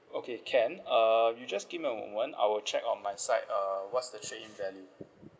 okay can uh you just give me a one hour I'll check on my side uh what's the trade in value